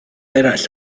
eraill